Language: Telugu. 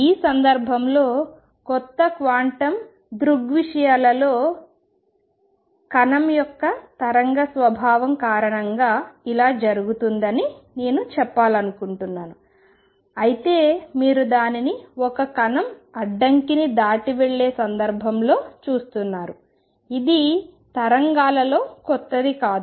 ఈ సందర్భంలో కొత్త క్వాంటం దృగ్విషయాలలో కణం యొక్క తరంగ స్వభావం కారణంగా ఇలా జరుగుతుంది అని నేను చెప్పాలనుకుంటున్నాను అయితే మీరు దానిని ఒక కణం అడ్డంకిని దాటి వెళ్ళే సందర్భంలో చూస్తున్నారు ఇది తరంగాలలో కొత్తది కాదు